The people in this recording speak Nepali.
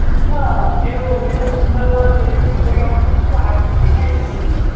हुन्छ मेरो मेरो सुन्दरलाल डेलिभरी बोय आउँछ उसको हातमा पठाइदिनु